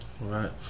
Right